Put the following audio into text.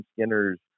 Skinners